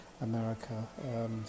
America